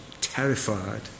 terrified